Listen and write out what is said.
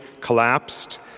collapsed